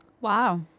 Wow